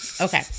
Okay